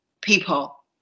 people